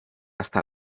hasta